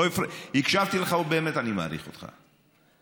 הקשבתי לך ובאמת אני מעריך אותך,